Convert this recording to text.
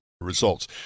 results